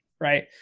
Right